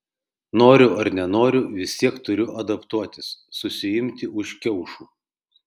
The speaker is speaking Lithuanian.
noriu ar nenoriu vis tiek turiu adaptuotis susiimti už kiaušų